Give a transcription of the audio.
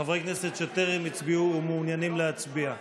חברי כנסת שטרם הצביעו ומעוניינים להצביע?